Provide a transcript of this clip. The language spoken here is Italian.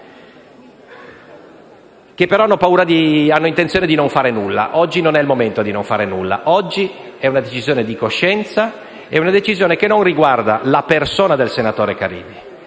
che però hanno intenzione di non fare nulla. Oggi non è il momento di non fare nulla. Oggi si prende una decisione di coscienza che non riguarda la persona del senatore Caridi,